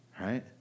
right